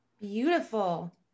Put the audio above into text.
beautiful